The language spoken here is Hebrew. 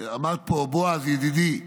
אמר פה בועז ידידי,